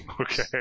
okay